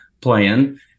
plan